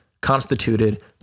constituted